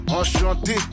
enchanté